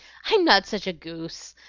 i'm not such a goose!